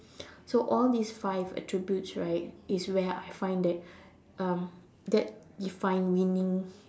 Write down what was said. so all these five attributes right is where I find that um that define meaning